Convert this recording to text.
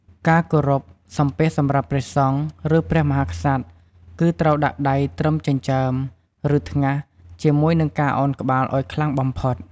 ការគោរពសំពះសម្រាប់ព្រះសង្ឃ ឬព្រះមហាក្សត្រ គឺត្រូវដាក់ ដៃត្រឹមចិញ្ចើម ឬថ្ងាស ជាមួយនឹងការឱនក្បាលឱ្យខ្លាំងបំផុត។